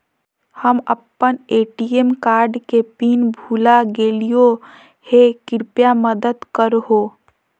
हम अप्पन ATM card के पिन भुला गेलिओ हे कृपया मदद कर हो